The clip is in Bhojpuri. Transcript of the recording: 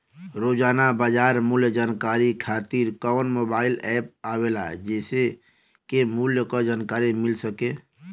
रोजाना बाजार मूल्य जानकारी खातीर कवन मोबाइल ऐप आवेला जेसे के मूल्य क जानकारी मिल सके?